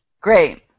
Great